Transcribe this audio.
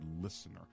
listener